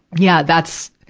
yeah, that's,